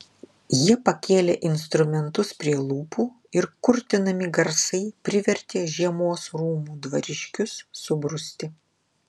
jie pakėlė instrumentus prie lūpų ir kurtinami garsai privertė žiemos rūmų dvariškius subruzti